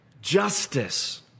justice